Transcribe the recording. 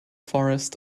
forest